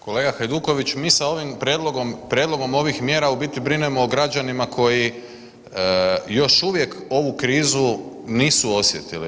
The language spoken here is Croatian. Kolega Hajduković mi sa ovim prijedlogom, prijedlogom ovih mjera u biti brinemo o građanima koji još uvijek ovu krizu nisu osjetili.